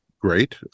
great